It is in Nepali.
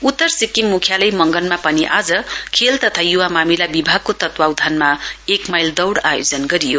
उत्तर सिक्किम मुख्यालय मंगनमा पनि आज खेल तथा युवा मामिला विभागको तत्वावधानमा आज एक माइल दौड आयोजन गरियो